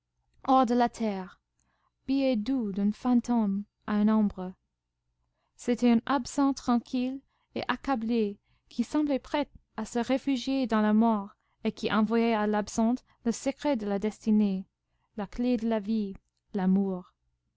hors de la terre billet doux d'un fantôme à une ombre c'était un absent tranquille et accablé qui semblait prêt à se réfugier dans la mort et qui envoyait à l'absente le secret de la destinée la clef de la vie l'amour